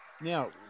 Now